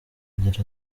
agira